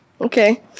Okay